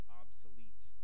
obsolete